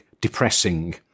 depressing